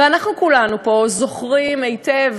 ואנחנו כולנו פה זוכרים היטב,